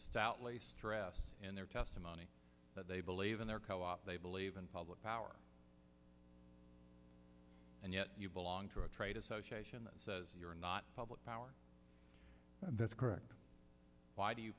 stoutly stressed in their testimony that they believe in their co op they believe in public power and yet you belong to a trade association that says you're not public power and that's correct why do you